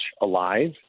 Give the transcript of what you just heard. alive